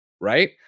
right